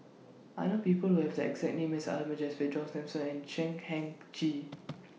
I know People Who Have The exact name as Ahmad Jaafar John Thomson and Chan Heng Chee